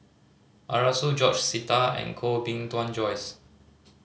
Arasu George Sita and Koh Bee Tuan Joyce